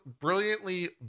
brilliantly